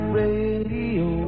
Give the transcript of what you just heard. radio